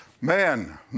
Man